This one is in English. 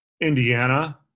Indiana